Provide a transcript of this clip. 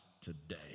today